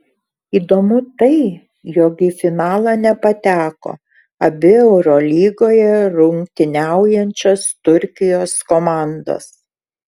įdomu tai jog į finalą nepateko abi eurolygoje rungtyniaujančios turkijos komandos